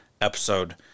episode